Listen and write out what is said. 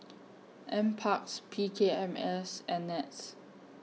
N Parks P K M S and Nets